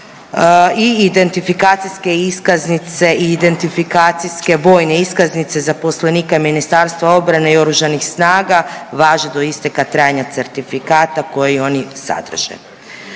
i identifikacijske iskaznice i identifikacijske vojne iskaznice zaposlenika MORH-a i Oružanih snaga, važi do isteka trajanja certifikata koji oni sadrže.